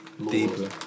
Deeper